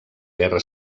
guerra